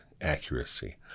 accuracy